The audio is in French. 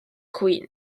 queen